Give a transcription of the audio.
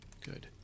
Good